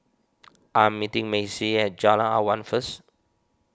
I am meeting Macy at Jalan Awan first